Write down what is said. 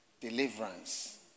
deliverance